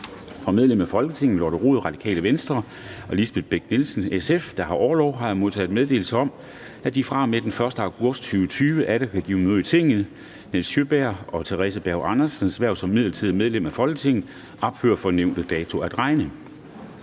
Fra medlemmer af Folketinget Lotte Rod og Lisbeth Bech-Nielsen, der har orlov, har jeg modtaget meddelelse om, at de fra og med den 1. august 2020 atter kan give møde i Tinget. Nils Sjøbergs og Theresa Berg Andersens hverv som midlertidige medlemmer af Folketinget ophører fra nævnte dato at regne.